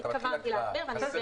אני התכוונתי להסביר ואני אסביר.